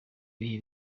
bihe